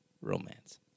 romance